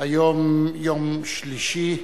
היום יום שלישי,